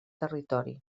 territori